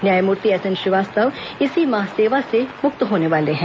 न्यायमूर्ति एसएन श्रीवास्तव इसी माह सेवा मुक्त होने वाले हैं